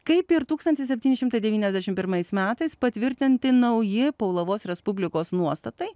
kaip ir tūkstantis septyni šimtai devyniasdešimt pirmais metais patvirtinti nauji paulovos respublikos nuostatai